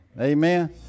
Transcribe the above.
Amen